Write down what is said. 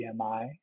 BMI